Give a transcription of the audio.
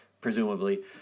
presumably